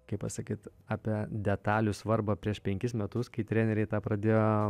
kaip pasakyt apie detalių svarbą prieš penkis metus kai treneriai tą pradėjo